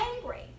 angry